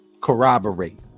Corroborate